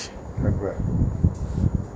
at where